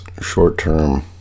short-term